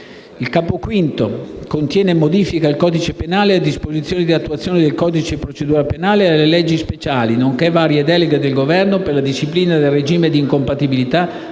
II capo VI contiene modifiche al codice penale, alle disposizioni di attuazione del codice di procedura penale e alle leggi speciali, nonché varie deleghe al Governo per la disciplina del regime di incompatibilità